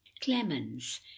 clemens